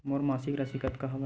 मोर मासिक राशि कतका हवय?